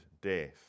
death